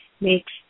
makes